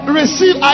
receive